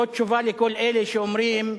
זו תשובה לכל אלה שאומרים: